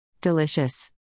Delicious